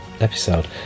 episode